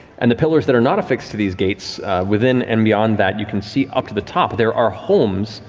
and the pillars that are not affixed to these gates within and beyond that, you can see up to the top, there are homes,